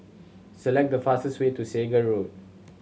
select the fastest way to Segar Road